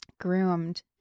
groomed